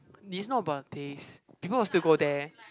is not about taste people will still go there